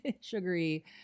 sugary